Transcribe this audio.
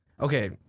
Okay